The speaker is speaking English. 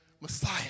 Messiah